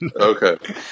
okay